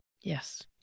Yes